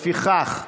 לפיכך,